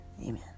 Amen